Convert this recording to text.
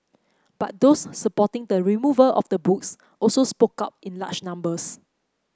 but those supporting the removal of the books also spoke up in large numbers